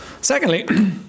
Secondly